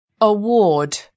award